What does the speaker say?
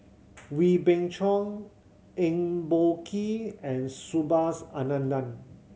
Wee Beng Chong Eng Boh Kee and Subhas Anandan